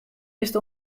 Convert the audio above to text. bist